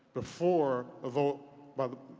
before a vote by the